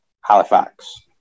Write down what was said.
Halifax